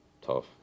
tough